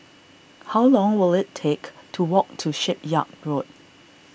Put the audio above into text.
how long will it take to walk to Shipyard Road